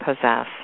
possess